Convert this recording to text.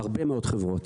הרבה מאוד חברות.